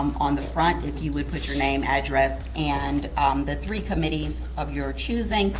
on the front, if you would put your name, address, and the three committees of your choosing.